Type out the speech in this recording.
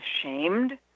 ashamed